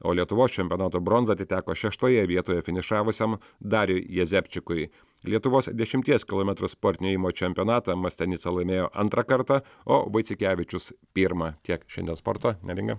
o lietuvos čempionato bronza atiteko šeštoje vietoje finišavusiam dariui jezepčikui lietuvos dešimties kilometrų sportinio ėjimo čempionatą mastianica laimėjo antrą kartą o vaiciukevičius pirmą tiek šiandien sporto neringa